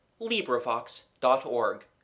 LibriVox.org